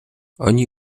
oni